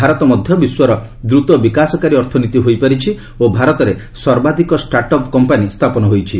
ଭାରତ ମଧ୍ୟ ବିଶ୍ୱର ଦ୍ରତ ବିକାଶକାରୀ ଅର୍ଥନୀତି ହୋଇପାରିଛି ଓ ଭାରତରେ ସର୍ବାଧିକ ଷ୍ଟାର୍ଟ୍ ଅପ୍ କମ୍ପାନି ସ୍ଥାପନ ହୋଇଛି